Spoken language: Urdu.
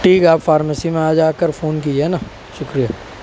ٹھیک ہے آپ فارمیسی میں آج آ کر فون کیجیے نہ شکریہ